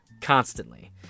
constantly